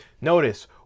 Notice